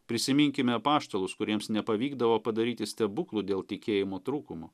prisiminkime apaštalus kuriems nepavykdavo padaryti stebuklų dėl tikėjimo trūkumo